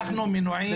אושרה.